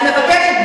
אני מבקשת,